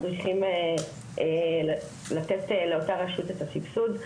צריכים לתת לאותה רשות את הסבסוד.